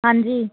ਹਾਂਜੀ